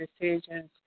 decisions